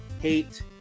hate